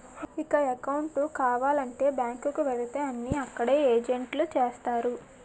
ఇక అకౌంటు కావాలంటే బ్యాంకు కు వెళితే అన్నీ అక్కడ ఏజెంట్లే చేస్తారు